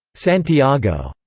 santiago!